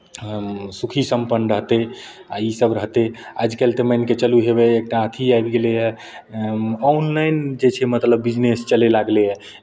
सुखी सम्पन्न रहतै आ इसभ रहतै आजकलके मानि कऽ चलू होवै एकटा अथि आबि गेलैए ऑनलाइन जे छै मतलब बिजनेस चलय लागलैए